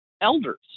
elders